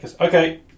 okay